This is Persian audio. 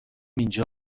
اینجا